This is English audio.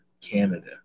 Canada